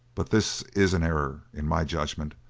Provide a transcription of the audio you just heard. but this is an error, in my judgment.